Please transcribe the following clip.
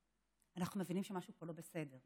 אנחנו מבינים שמשהו פה לא בסדר.